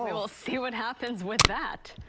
we'll we'll see what happens with that.